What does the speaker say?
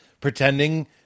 Pretending